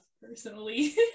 personally